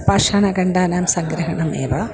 पाषाणखण्डानां सङ्ग्रहणमेव